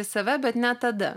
į save bet ne tada